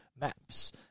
maps